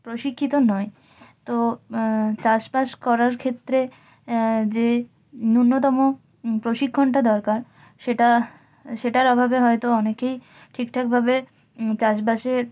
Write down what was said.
প্রশিক্ষিত নয় তো চাষবাস করার ক্ষেত্রে যে ন্যূনতম প্রশিক্ষণটা দরকার সেটা সেটার অভাবে হয়তো অনেকেই ঠিকঠাকভাবে চাষবাসে